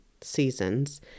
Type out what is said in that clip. seasons